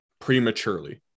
prematurely